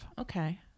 Okay